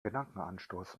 gedankenanstoß